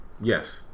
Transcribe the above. Yes